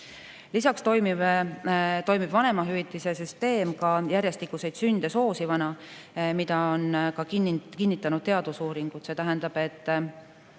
Lisaks toimib vanemahüvitise süsteem järjestikuseid sünde soosivana, mida on kinnitanud ka teadusuuringud.